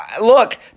look